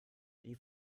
die